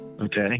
Okay